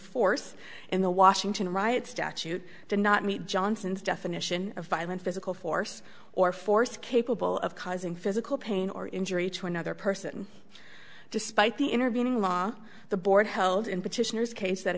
force in the washington riot statute did not meet johnson's definition of violent physical force or force capable of causing physical pain or injury to another person despite the intervening law the board held in petitioner's case